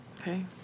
Okay